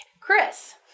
Chris